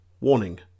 Warning